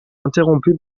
interrompu